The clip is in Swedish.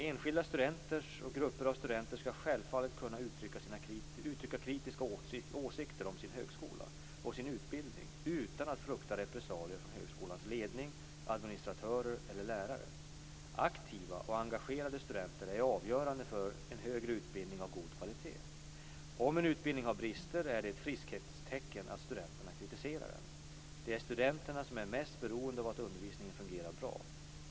Enskilda studenter och grupper av studenter skall självfallet kunna uttrycka kritiska åsikter om sin högskola och sin utbildning utan att frukta repressalier från högskolans ledning, administratörer eller lärare. Aktiva och engagerade studenter är avgörande för en högre utbildning av god kvalitet. Om en utbildning har brister är det ett friskhetstecken att studenterna kritiserar den. Det är studenterna som är mest beroende av att undervisningen fungerar bra.